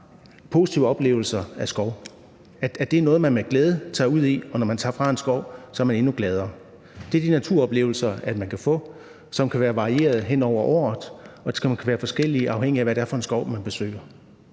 positive oplevelser med skov, at det er noget, som man med glæde tager ud i, og at man, når man tager fra en skov, er endnu gladere. For det er de naturoplevelser, som man kan få, som kan være varierede hen over året, og som kan være forskellige, afhængigt af hvad det er for en skov, man besøger,